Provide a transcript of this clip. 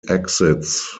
exits